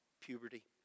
puberty